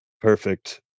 perfect